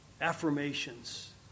affirmations